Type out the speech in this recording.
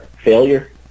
failure